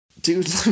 Dude